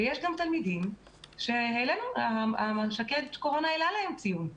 יש גם תלמידים ש- -- הקורונה העלה להם ציון,